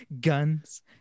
Guns